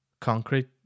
concrete